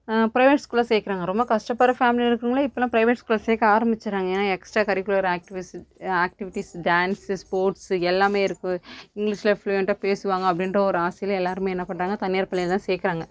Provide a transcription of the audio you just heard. private ஸ்கூலில் சேர்க்குறாங்க ரொம்ப கஷ்டப்படுகிற ஃபேமிலியில் இருக்கிறவங்களே இப்பெலாம் ப்ரைவேட் ஸ்கூலில் சேர்க்க ஆரம்பிச்சுட்றாங்க ஏன்னால் extra curricular activities activities dance sports எல்லாமே இருக்கும் இங்கிலீஷில் ஃப்ளூயன்ட்டாக பேசுவாங்க அப்படின்ற ஒரு ஆசையில் எல்லாேருமே என்ன பண்ணுறாங்க தனியார் பள்ளியில்தான் சேர்க்குறாங்க